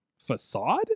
Facade